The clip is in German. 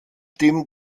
dem